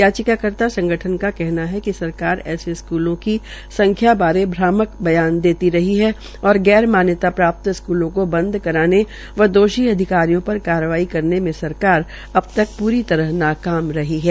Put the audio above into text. याचिकाकर्ता संगठन का कहना है कि सरकार ऐसे स्कूलों की संख्या बारे भ्रामक बयान देती रही है और गैर मान्यता प्राप्त स्कूलों को बंद करने व दोषी अधिकारियों पर कारवाई करने में सरकार अब तक पूरी तरह नाकाम रही है